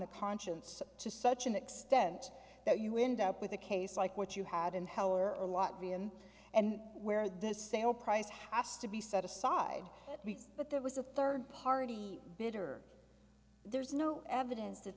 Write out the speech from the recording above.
the conscience to such an extent that you end up with a case like what you had in hell are a lot vian and where the sale price has to be set aside but there was a third party bidder there's no evidence that